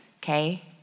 okay